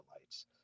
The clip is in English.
lights